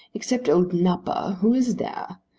except old nupper, who is there?